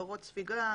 בורות ספיגה,